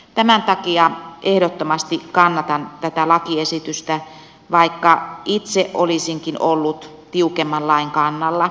tämän takia ehdottomasti kannatan tätä lakiesitystä vaikka itse olisinkin ollut tiukemman lain kannalla